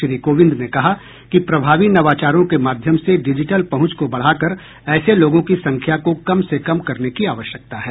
श्री कोविंद ने कहा कि प्रभावी नवाचारों के माध्यम से डिजिटल पहुंच को बढ़ाकर ऐसे लोगों की संख्या को कम से कम करने की आवश्यकता है